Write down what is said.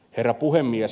herra puhemies